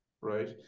right